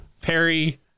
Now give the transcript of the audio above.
Perry